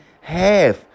half